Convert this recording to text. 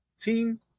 team